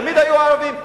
ותמיד היו ערבים,